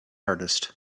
artist